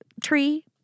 tree